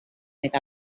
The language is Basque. eta